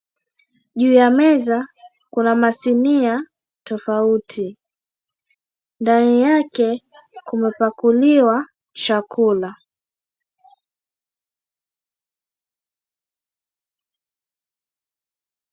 Juu ya meza kuna masinia tofauti ndani yake kumepakuliwa chakula.